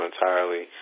entirely